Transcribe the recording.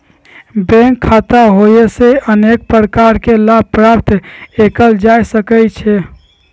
bank खता होयेसे अनेक प्रकार के लाभ प्राप्त कएल जा सकइ छै